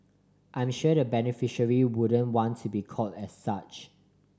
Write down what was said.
I'm sure the beneficiary wouldn't want to be called as such